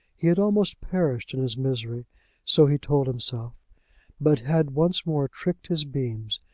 he had almost perished in his misery so he told himself but had once more tricked his beams,